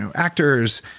so actors,